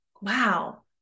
wow